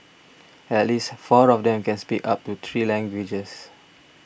at least four of them can speak up to three languages